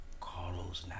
Carlos